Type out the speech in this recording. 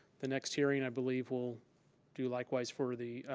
the next hearing, i believe, will do likewise for the